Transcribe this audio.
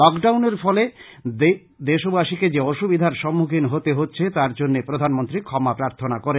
lock ডাউনের ফলে দেশবাসীকে যে অসুবিধার সম্মুখিন হতে হচ্ছে তার জন্য প্রধানমন্ত্রী ক্ষমা প্রার্থনা করেন